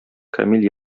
камил